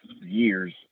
years